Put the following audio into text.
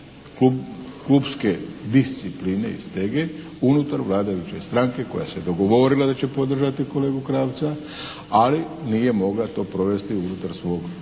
pucanja klupske discipline i stege unutar vladajuće stranke koja se dogovorila da će podržati kolegu Krapca ali nije mogla to provesti unutar svog kluba.